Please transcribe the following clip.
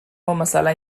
مثلا